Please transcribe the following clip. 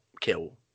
kill